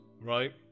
Right